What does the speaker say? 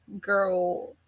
girl